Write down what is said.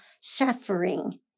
suffering